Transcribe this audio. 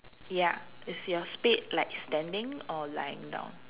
ya is your spade like standing or lying down